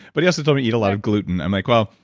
but he also told me, eat a lot of gluten. i'm like, well,